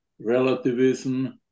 relativism